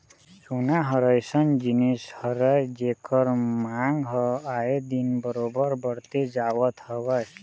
सोना ह अइसन जिनिस हरय जेखर मांग ह आए दिन बरोबर बड़ते जावत हवय